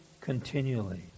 continually